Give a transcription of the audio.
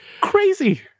crazy